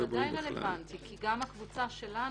זה בוודאי רלוונטי כי גם הקבוצה שלנו